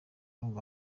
urumva